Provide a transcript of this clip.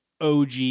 OG